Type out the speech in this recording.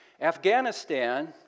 Afghanistan